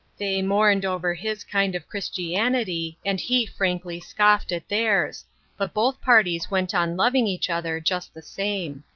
they mourned over his kind of christianity, and he frankly scoffed at theirs but both parties went on loving each other just the same.